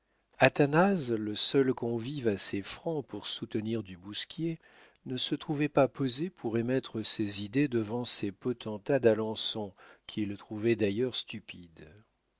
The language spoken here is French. athanase le seul convive assez franc pour soutenir du bousquier ne se trouvait pas posé pour émettre ses idées devant ces potentats d'alençon qu'il trouvait d'ailleurs stupides